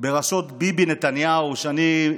בראשות ביבי נתניהו, שאני,